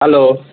hello